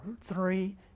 three